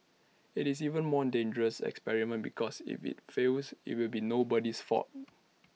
IT is even more dangerous experiment because if IT fails IT will be nobody's fault